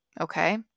okay